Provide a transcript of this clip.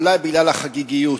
אולי בגלל החגיגיות,